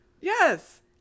yes